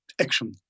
action